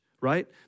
right